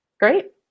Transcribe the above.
great